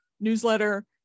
newsletter